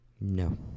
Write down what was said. no